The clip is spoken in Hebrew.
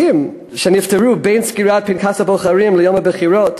אנשים שנפטרו בין יום סגירת פנקס הבוחרים ליום הבחירות,